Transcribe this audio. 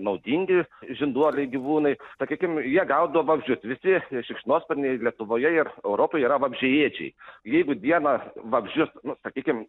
naudingi žinduoliai gyvūnai sakykim jie gaudo vabzdžius visi šikšnosparniai lietuvoje ir europoje yra vabzdžiaėdžiai jeigu dieną vabzdžius sakykim